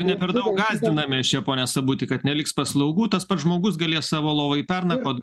ne per daug gąsdinamės čia pone sabuti kad neliks paslaugų tas pats žmogus galės savo lovoj pernakvot